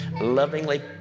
lovingly